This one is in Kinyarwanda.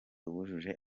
wujuje